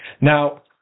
Now